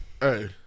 Hey